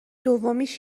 دومیش